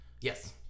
Yes